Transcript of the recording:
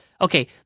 okay